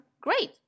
great